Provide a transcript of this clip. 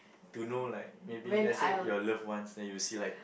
don't know like maybe let's say your loved ones then you see like